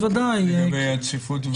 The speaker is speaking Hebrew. רובינשטיין לגבי הצפיפות בבתי הסוהר.